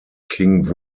king